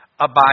abide